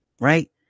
Right